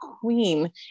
queen